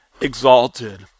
exalted